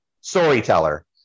storyteller